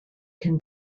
can